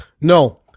No